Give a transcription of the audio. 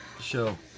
show